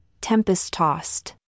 tempest-tossed